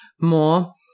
more